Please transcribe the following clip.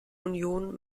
union